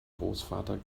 großvater